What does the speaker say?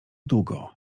długo